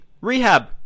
Rehab